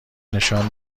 نشان